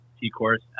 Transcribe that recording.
T-Course